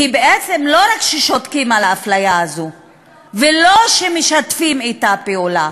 כי בעצם לא רק ששותקים על האפליה הזו ולא שמשתפים אתה פעולה,